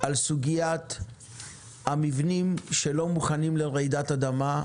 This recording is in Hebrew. על סוגיית המבנים שלא מוכנים לרעידת אדמה.